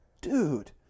Dude